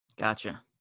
Gotcha